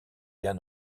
jan